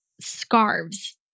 scarves